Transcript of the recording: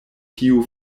tiu